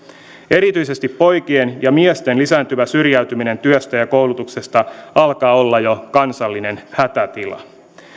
erityisesti poikien ja miesten lisääntyvä syrjäytyminen työstä ja koulutuksesta alkaa olla jo kansallinen hätätila